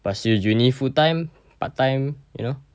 pursue uni full time part time you know